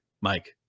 Mike